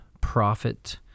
prophet